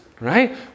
right